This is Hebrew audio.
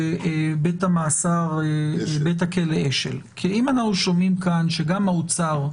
בבית הכלא אשל, כי אם אנחנו שומעים כאן שגם האוצר,